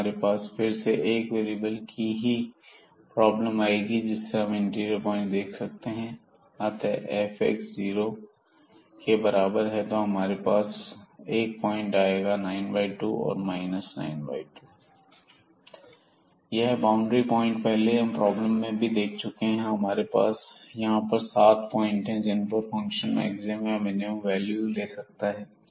तब हमारे पास फिर से एक वेरिएबल की की प्रॉब्लम आएगी जिसमें हम इंटीरियर पॉइंट देख सकते हैं अतः fx जीरो के बराबर है तब हमारे पास 1 पॉइंट आएगा 92 और 92 So this is the point there and obviously these boundary points which are already being taken care by the earlier problem So we have so many points here the 7 points where the function may take the maximum or the minimum value So we have to consider the interior and we have to also consider the boundaries when we have a closed and the bounded domain यह boundary point हम पहले की problem में भी देख चुके हैं तो हमारे पास यहां पर 7 पॉइंट हैं जिन पर फंक्शन मैक्सिमम या मिनिमम वैल्यू ले सकता है